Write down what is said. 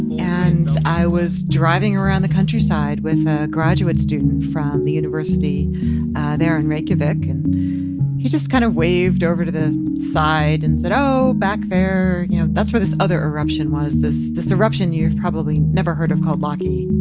and i was driving around the countryside with a graduate student from the university there in and reykjavik. and he just kind of waved over to the side and said, oh, back there, you know, that's where this other eruption was, this this eruption you've probably never heard of called laki,